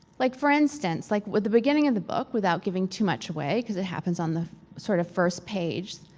like, for instance, like with the beginning of the book, without giving too much away, cause it happens on the sort of first page.